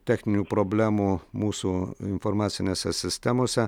techninių problemų mūsų informacinėse sistemose